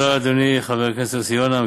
תודה אדוני, חבר הכנסת יוסי יונה.